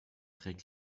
trägt